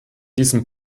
diesem